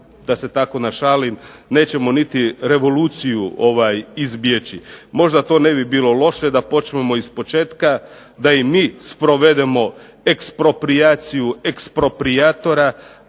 da se tako našalim nećemo niti revoluciju izbjeći. Možda to ne bi bilo loše da počnemo ispočetka da i mi sprovedemo eksproprijaciju eksproprijatora.